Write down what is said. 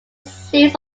series